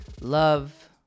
love